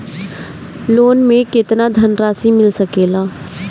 Loan मे केतना धनराशी मिल सकेला?